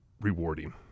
rewarding